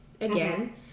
again